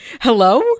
Hello